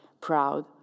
proud